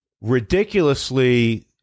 Ridiculously